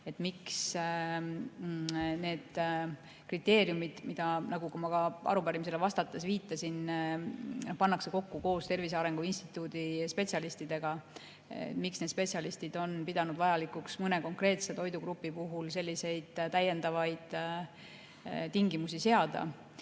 Need kriteeriumid, nagu ma ka arupärimisele vastates viitasin, pannakse kokku koos Tervise Arengu Instituudi spetsialistidega. Miks need spetsialistid on pidanud vajalikuks mõne konkreetse toidugrupi puhul selliseid täiendavaid tingimusi seada?